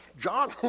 John